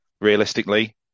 realistically